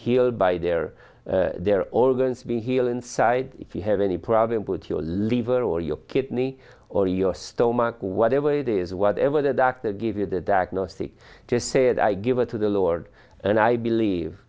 healed by their their organs being heal inside if you have any problem with your liver or your kidney or your stomach whatever it is whatever the doctor give you the diagnostic just said i give it to the lord and i believe